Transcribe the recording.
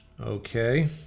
Okay